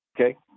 okay